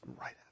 Right